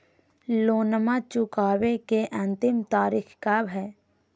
लोनमा चुकबे के अंतिम तारीख कब हय?